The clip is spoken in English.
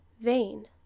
vain